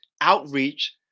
outreach